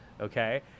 okay